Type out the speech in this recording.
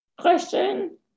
question